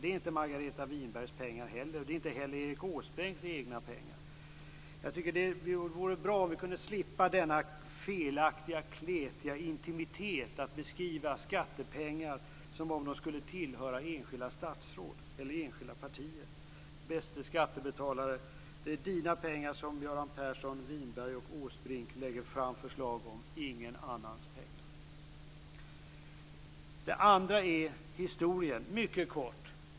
Det är heller inte Margareta Winbergs pengar, och det är heller inte Erik Åsbrinks egna pengar. Det vore bra om vi kunde slippa denna felaktiga kletiga intimitet att beskriva skattepengar som om de skulle tillhöra enskilda statsråd eller enskilda partier. Bäste skattebetalare! Det är dina pengar som Göran Persson, Margareta Winberg och Erik Åsbrink lägger fram förslag om, ingen annans pengar. En annan fråga är historien. Jag skall beröra den mycket kort.